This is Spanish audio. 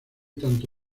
tanto